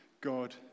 God